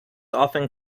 often